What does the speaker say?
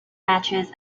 matches